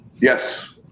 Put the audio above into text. Yes